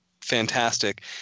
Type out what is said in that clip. fantastic